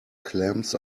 clams